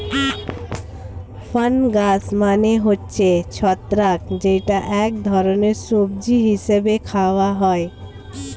fungus মানে হচ্ছে ছত্রাক যেটা এক ধরনের সবজি হিসেবে খাওয়া হয়